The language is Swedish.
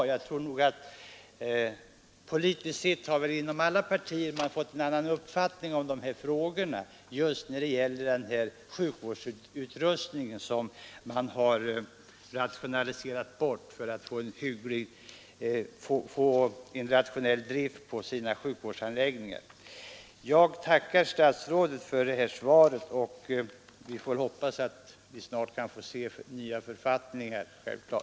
Man har väl inom alla partier haft en annan uppfattning om förefintligheten av sådana möjligheter just när det gäller den sjukvårdsutrustning som kommuner och landsting har rationaliserat bort för att få en rationell drift på sina sjukvårdsanläggningar. Jag tackar statsrådet för svaret, och jag hoppas självfallet att vi snart får nya författningar.